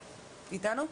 שלום.